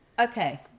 Okay